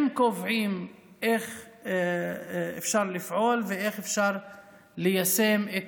הם קובעים איך אפשר לפעול ואיך אפשר להשיג את